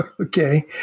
Okay